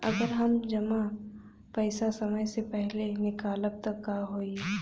अगर हम जमा पैसा समय से पहिले निकालब त का होई?